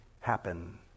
happen